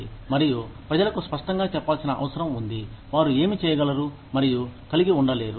మరియు ప్రజలకు స్పష్టంగా చెప్పాల్సిన అవసరం ఉంది వారు ఏమి చేయగలరు మరియు కలిగిఉండలేరు